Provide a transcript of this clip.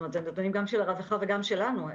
גם הנתונים של הרווחה וגם שלנו.